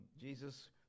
Jesus